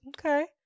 Okay